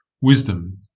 wisdom